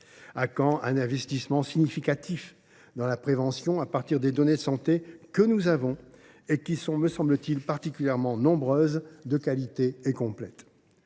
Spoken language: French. À quand un investissement significatif dans la prévention, à partir des données de santé dont nous disposons et qui sont, me semble t il, particulièrement nombreuses, de qualité et complètes ?